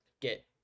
get